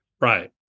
Right